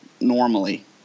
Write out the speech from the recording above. normally